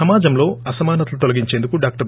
సమాజంలో అసమానతలు తొలగించేందుకు డాక్షర్